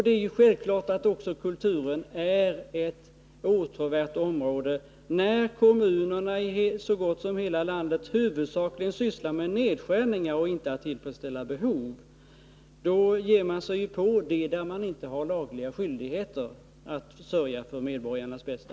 Det är självklart att också kulturen är ett åtråvärt område när så gott som hela landet huvudsakligen sysslar med nedskärningar och inte med att tillfredsställa behov. Då ger de sig naturligtvis på de områden där de inte har lagliga skyldigheter att sörja för medborgarnas bästa.